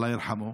אללה ירחמו.